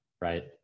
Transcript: right